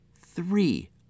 three